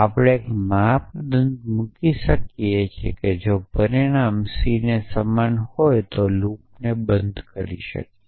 આપણે એક માપદંડ મૂકી શકીએ છીએ કે જો પરિણામ સી ને સમાન હોય તો લૂપને બંધ કરી શકીએ